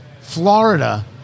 Florida